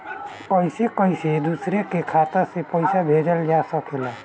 कईसे कईसे दूसरे के खाता में पईसा भेजल जा सकेला?